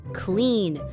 clean